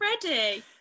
Freddie